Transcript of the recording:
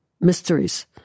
Mysteries